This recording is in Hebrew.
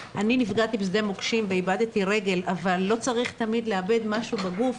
אני נפגעתי בשדה מוקשים ואיבדתי רגל אבל לא צריך תמיד לאבד משהו בגוף,